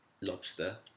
Lobster